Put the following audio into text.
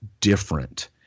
different